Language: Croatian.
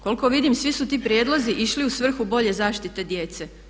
Koliko vidim svi su ti prijedlozi išli u svrhu bolje zaštite djece.